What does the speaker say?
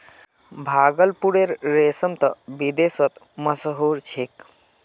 भागलपुरेर रेशम त विदेशतो मशहूर छेक